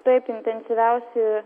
taip intensyviausi